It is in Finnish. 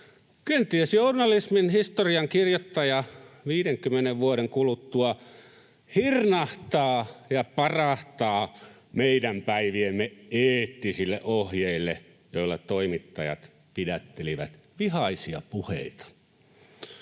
Kenties journalismin historiankirjoittaja 50 vuoden kuluttua hirnahtaa ja parahtaa meidän päiviemme ”eettisille ohjeille”, joilla toimittajat pidättelivät vihaisia puheita.